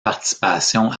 participation